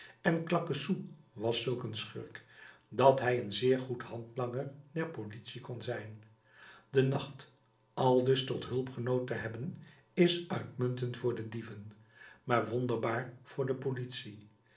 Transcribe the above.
en claquesous was zulk een schurk dat hij een zeer goed handlanger der politie kon zijn den nacht aldus tot hulpgenoot te hebben is uitmuntend voor de dieven maar wonderbaar voor de politie